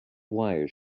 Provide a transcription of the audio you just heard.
wires